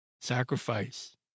sacrifice